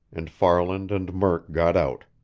and farland and murk got out.